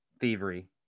thievery